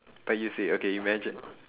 but you see okay imagine